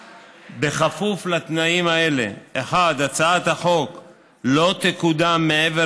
כפוף לתנאים האלה: 1. הצעת החוק לא תקודם מעבר